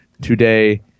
today